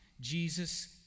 Jesus